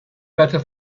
better